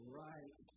right